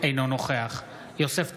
אינו נוכח יוסף טייב,